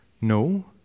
No